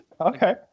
okay